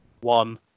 one